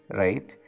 right